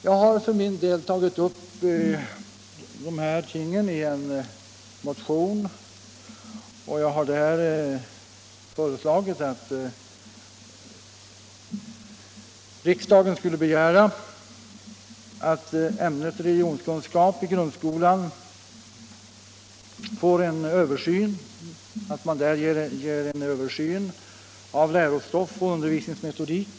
Jag har för min del tagit upp dessa ting i en motion där jag föreslagit att riksdagen skulle begära att ämnet religionskunskap i grundskolan blir föremål för en översyn där man bl.a. ser över lärostoff och undervisningsmetodik.